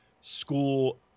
school